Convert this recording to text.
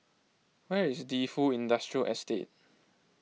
where is Defu Industrial Estate